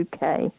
uk